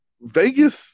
Vegas